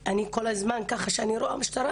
גם אני נבהלת כשאני רואה משטרה